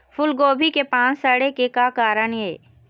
फूलगोभी के पान सड़े के का कारण ये?